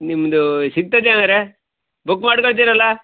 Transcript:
ನಿಮ್ಮದು ಸಿಗ್ತದೆ ಅಂದರೆ ಬುಕ್ ಮಾಡ್ಕೊತೀರಲ್ಲ